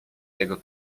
tego